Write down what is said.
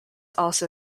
also